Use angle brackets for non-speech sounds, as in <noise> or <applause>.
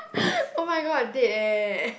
<laughs> oh my god dead eh